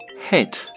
head